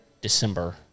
december